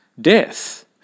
death